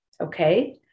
Okay